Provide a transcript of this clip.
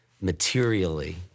materially